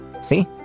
See